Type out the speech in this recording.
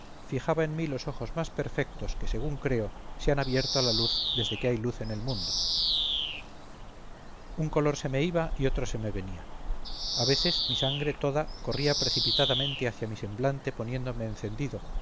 fijaba en mí los ojos más perfectos que según creo se han abierto a la luz desde que hay luz en el mundo un color se me iba y otro se me venía a veces mi sangre toda corría precipitadamente hacia mi semblante poniéndome encendido